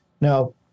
Now